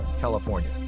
California